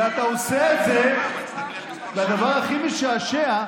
ואתה עושה את זה, הדבר הכי משעשע,